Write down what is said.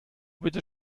bitte